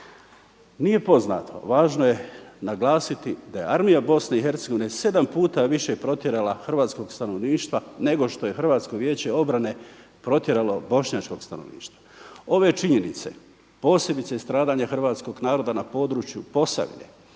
Nije poznato, važno je naglasiti da je armija Bosne i Hercegovine sedam puta više protjerala hrvatskog stanovništva nego što je Hrvatsko vijeće obrane protjeralo bošnjačkog stanovništva. Ove činjenice posebice stradanja hrvatskog naroda na području Posavine,